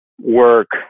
work